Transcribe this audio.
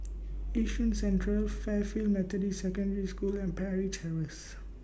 Yishun Central Fairfield Methodist Secondary School and Parry Chair Race